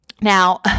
Now